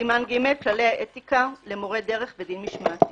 סימן ג' : כללי אתיקה למורי דרך ודין משמעתי